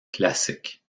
classiques